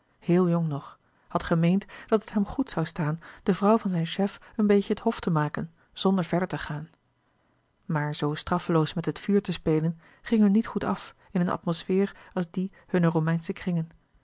héel jong nog had gemeend dat het hem goed zoû staan de vrouw van louis couperus de boeken der kleine zielen zijn chef een beetje het hof te maken zonder verder te gaan maar zoo straffeloos met het vuur te spelen ging hun niet goed af in eene atmosfeer als die hunner romeinsche kringen